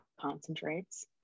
concentrates